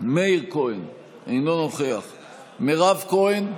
מאיר כהן, אינו נוכח מירב כהן,